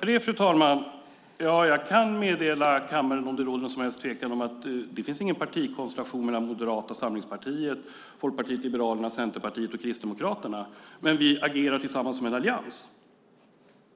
Fru talman! Om det råder någon som helst tvekan kan jag meddela kammaren att det inte finns någon partikonstellation med Moderata samlingspartiet, Folkpartiet liberalerna, Centerpartiet och Kristdemokraterna. Men tillsammans agerar vi som en allians.